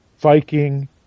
Viking